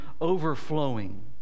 overflowing